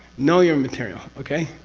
know your material, okay?